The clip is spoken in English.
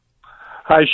Hi